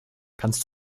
kannst